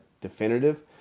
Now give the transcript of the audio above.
definitive